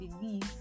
believe